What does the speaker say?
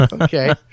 Okay